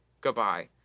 Goodbye